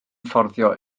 fforddio